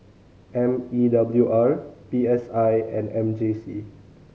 M E W R P S I and M J C